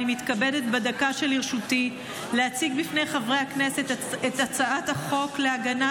בדקה שלרשותי אני מתכבדת להציג בפני חברי הכנסת את הצעת חוק הגנה